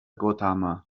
gautama